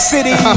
City